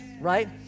right